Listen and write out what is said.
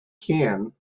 can